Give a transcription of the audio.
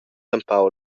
empau